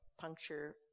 puncture